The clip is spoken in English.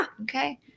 okay